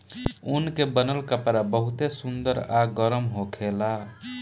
ऊन के बनल कपड़ा बहुते सुंदर आ गरम होखेला